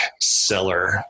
seller